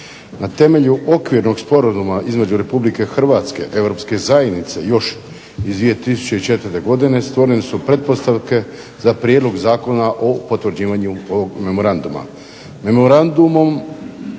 Na temelju Okvirnog sporazuma između Republike Hrvatske i Europske zajednice još iz 2004. godine stvorene su pretpostavke za prijedlog zakona o potvrđivanju ovog memoranduma.